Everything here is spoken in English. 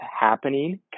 happening